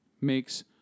makes